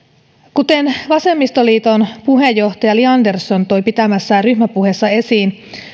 kuten vasemmistoliiton puheenjohtaja li andersson toi pitämässään ryhmäpuheessa esiin